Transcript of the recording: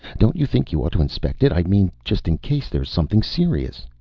don't you think you ought to inspect it? i mean just in case there's something serious?